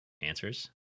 answers